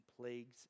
plagues